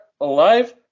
alive